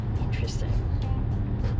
Interesting